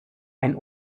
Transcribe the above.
ein